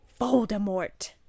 Voldemort